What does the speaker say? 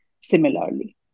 similarly